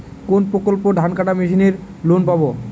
কোন প্রকল্পে ধানকাটা মেশিনের লোন পাব?